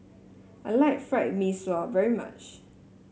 I like Fried Mee Sua very much